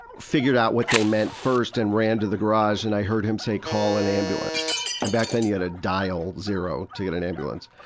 figured out what they meant first and ran to the garage and i heard him say, call an ambulance. and back then you had to dial zero to get an ambulance.